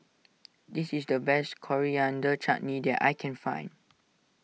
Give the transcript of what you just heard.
this is the best Coriander Chutney that I can find